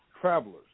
travelers